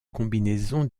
combinaison